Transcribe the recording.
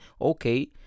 okay